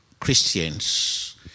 Christians